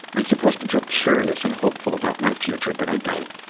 i'm supposed to feel curious and hopeful about my future, but i don't.